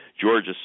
Georgia